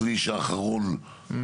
יובל, מה הצפי לשליש האחרון לפינוי?